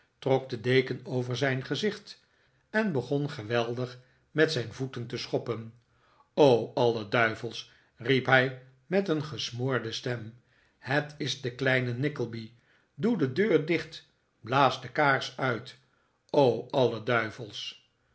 trok de deken over zijn gezicht en begon geweldig met zijn voeten te schoppen o r alle duivels riep hij met een gesmoorde stem het is de kleine nickleby doe de deur dicht blaas dekaars uit o alle duivels